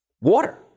water